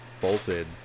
bolted